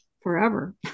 forever